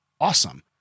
awesome